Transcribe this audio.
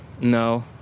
No